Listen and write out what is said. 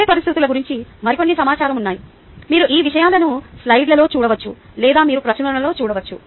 survey పరిస్థితుల గురించి మరికొన్ని సమాచారం ఉన్నాయి మీరు ఈ విషయాలను స్లైడ్లో చూడవచ్చు లేదా మీరు ప్రచురణలను చూడవచ్చు